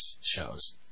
shows